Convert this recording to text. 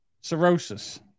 cirrhosis